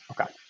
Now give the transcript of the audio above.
Okay